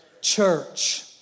church